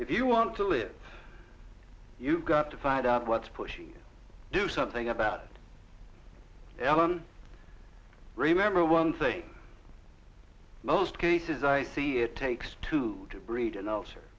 if you want to live you've got to find out what's pushing you do something about ellen remember one thing most cases i see it takes two to breed and